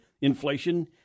inflation